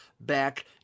back